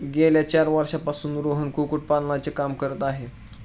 गेल्या चार वर्षांपासून रोहन कुक्कुटपालनाचे काम करत आहे